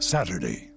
Saturday